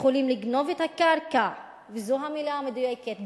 יכולים לגנוב את הקרקע, וזאת המלה המדויקת.